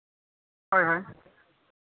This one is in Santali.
ᱦᱳᱭ ᱦᱳᱭ